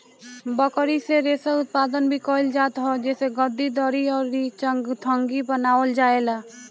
बकरी से रेशा उत्पादन भी कइल जात ह जेसे गद्दी, दरी अउरी चांगथंगी बनावल जाएला